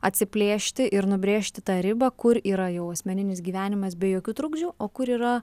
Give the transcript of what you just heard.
atsiplėšti ir nubrėžti tą ribą kur yra jau asmeninis gyvenimas be jokių trukdžių o kur yra